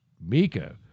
Mika